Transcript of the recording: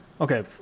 Okay